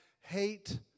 hate